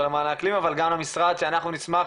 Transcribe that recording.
למען האקלים אבל גם למשרד שאנחנו נשמח